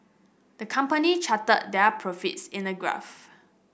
the company charted their profits in a graph